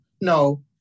No